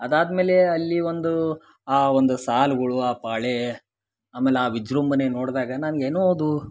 ಅದಾದ್ಮೇಲೆ ಅಲ್ಲಿ ಒಂದು ಆ ಒಂದು ಸಾಲುಗುಳು ಆ ಪಾಳೇ ಆಮೇಲೆ ಆ ವಿಜೃಂಭಣೆ ನೋಡ್ದಾಗ ನನ್ಗ ಏನೋ ಅದು